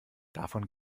davon